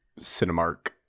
Cinemark